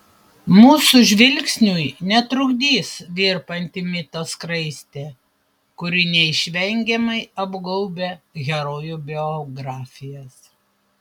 mūsų žvilgsniui netrukdys virpanti mito skraistė kuri neišvengiamai apgaubia herojų biografijas